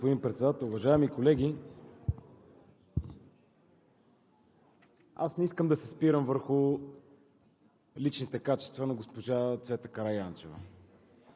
Благодаря, господин Председател. Уважаеми колеги, аз не искам да се спирам върху личните качества на госпожа Цвета Караянчева.